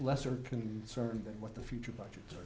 lesser concern than what the future budget